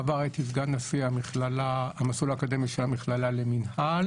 בעבר הייתי סגן נשיא המסלול האקדמי של המכללה למינהל.